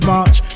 March